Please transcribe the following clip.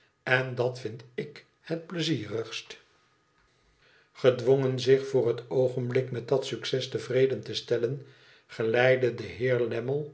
en dat vbd ik het pleizierigst gedwongen zich voor het oogenblik met dat succes tevreden te stellen geleidde de heer